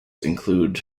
include